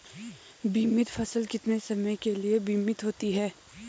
बीमित फसल कितने समय के लिए बीमित होती है?